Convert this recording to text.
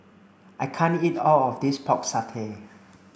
I can't eat all of this pork satay